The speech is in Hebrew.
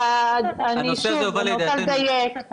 אני רוצה לדייק,